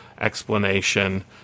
explanation